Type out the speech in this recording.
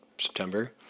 September